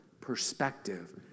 perspective